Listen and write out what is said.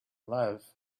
love